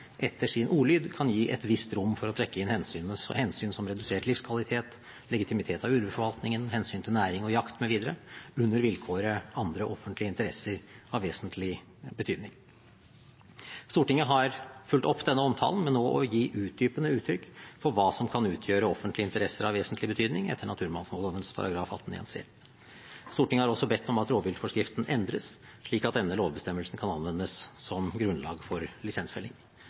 etter sin ordlyd kan gi et visst rom for å trekke inn hensyn som redusert livskvalitet, legitimitet av ulveforvaltningen, hensyn til næring og jakt mv. under vilkåret «andre offentlige interesser av vesentlig betydning». Stortinget har fulgt opp denne omtalen med nå å gi utdypende uttrykk for hva som kan utgjøre offentlige interesser av vesentlig betydning etter naturmangfoldloven § 18 første ledd bokstav c. Stortinget har også bedt om at rovviltforskriften endres, slik at denne lovbestemmelsen kan anvendes som grunnlag for lisensfelling.